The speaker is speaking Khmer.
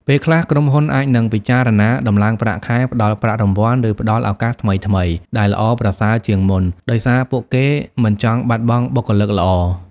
ពេលខ្លះ ក្រុមហ៊ុនអាចនឹងពិចារណាដំឡើងប្រាក់ខែ ផ្តល់ប្រាក់រង្វាន់ ឬផ្តល់ឱកាសថ្មីៗដែលល្អប្រសើរជាងមុន ដោយសារពួកគេមិនចង់បាត់បង់បុគ្គលិកល្អ។